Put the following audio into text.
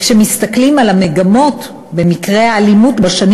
כשמסתכלים על המגמות במקרי האלימות בשנים